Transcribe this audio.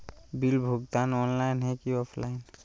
Bill भुगतान online है की ऑफलाइन?